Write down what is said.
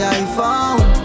iPhone